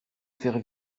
faire